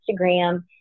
Instagram